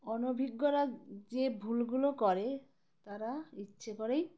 অনভিজ্ঞরা যে ভুলগুলো করে তারা ইচ্ছে করেই